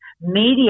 Media